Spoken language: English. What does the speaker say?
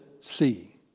see